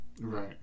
right